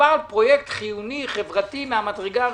שמדובר בפרויקט חיוני חברתי מהמדרגה הראשונה.